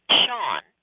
sean